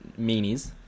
meanies